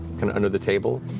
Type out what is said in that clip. under the table.